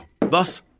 Thus